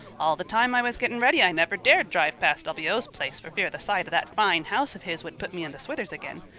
all the time i was getting ready i never dared drive past w o s place for fear the sight of that fine house of his would put me in the swithers again.